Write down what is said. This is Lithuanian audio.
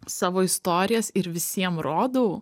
savo istorijas ir visiem rodau